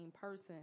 person